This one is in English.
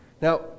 Now